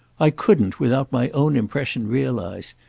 i couldn't, without my own impression, realise.